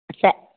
ச